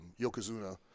Yokozuna